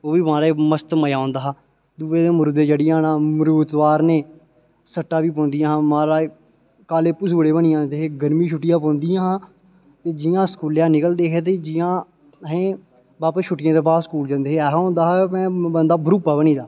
ओह् बी महाराज मस्त मजा ओंदा हा दूएं दे मरूदें चढ़ी जाना मरूद तोआरने सट्टां बी पौंदियां हा महाराज काले पसूड़े बनी जांदे हे गर्मियें दियां छुट्टियां पौंदियां हा ते जि'यां स्कूलेआ निकलदे हे ते जि'यां असें बापस छुट्टियें दे बाद स्कूल जंदे हे ते ऐहा हुंदा हा बंदा बरूप्पा बनी गेदा